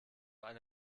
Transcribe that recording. eine